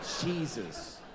Jesus